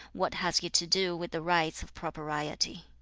what has he to do with the rites of propriety?